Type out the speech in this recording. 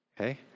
Okay